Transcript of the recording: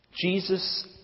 Jesus